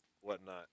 whatnot